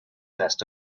best